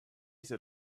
set